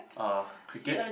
uh cricket